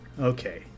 Okay